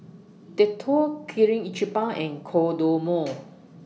Dettol Kirin Ichiban and Kodomo